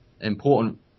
important